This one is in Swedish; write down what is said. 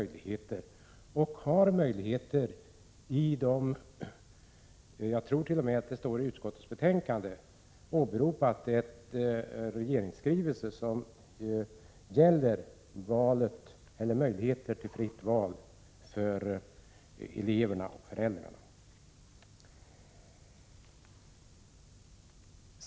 Jag tror att det t.o.m. i utskottsbetänkandet åberopas en regeringsskrivelse som gäller möjligheter till fritt val för eleverna och föräldrarna.